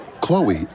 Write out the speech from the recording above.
Chloe